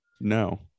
No